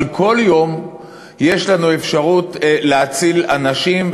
אבל כל יום יש לנו אפשרות להציל אנשים,